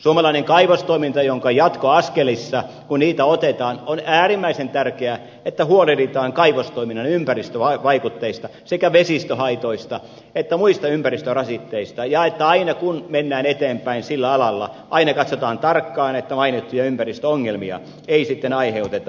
suomalainen kaivostoiminta jonka jatkoaskelissa kun niitä otetaan on äärimmäisen tärkeää että huolehditaan kaivostoiminnan ympäristövaikutteista sekä vesistöhaitoista että muista ympäristörasitteista ja että aina kun mennään eteenpäin sillä alalla katsotaan tarkkaan että mainittuja ympäristöongelmia ei sitten aiheuteta